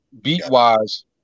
beat-wise